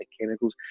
chemicals